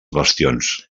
bastions